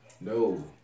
No